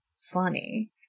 funny